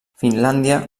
finlàndia